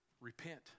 Repent